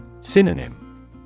Synonym